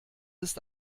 ist